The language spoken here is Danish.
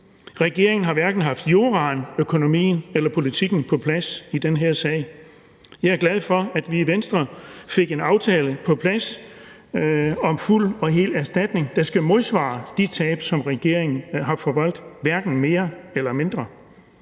Regeringen har hverken haft juraen, økonomien eller politikken på plads i den her sag. Jeg er glad for, at vi i Venstre fik en aftale på plads om fuld og hel erstatning, der skal modsvare de tab, som regeringen har forvoldt, hverken mere eller mindre.